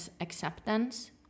acceptance